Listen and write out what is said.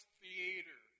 theater